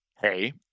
hey